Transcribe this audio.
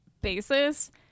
basis